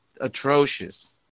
atrocious